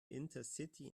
intercity